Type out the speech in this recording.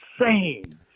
Insane